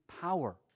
power